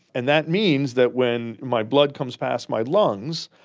and that means that when my blood comes past my lungs,